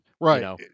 Right